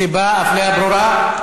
הסיבה, אפליה ברורה.